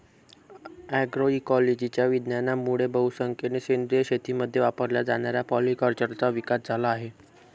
अग्रोइकोलॉजीच्या विज्ञानामुळे बहुसंख्येने सेंद्रिय शेतीमध्ये वापरल्या जाणाऱ्या पॉलीकल्चरचा विकास झाला आहे